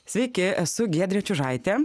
sveiki esu giedrė čiužaitė